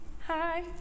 hi